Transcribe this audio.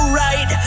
right